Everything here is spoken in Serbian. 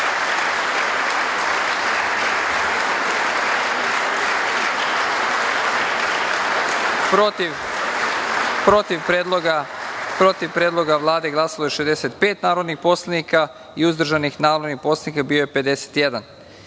protiv Predloga Vlade glasalo je 65 narodnih poslanika i uzdržanih narodnih poslanika nije